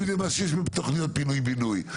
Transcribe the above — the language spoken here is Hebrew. אם זה מה שיש מתוכניות פינוי בינוי,